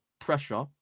pressure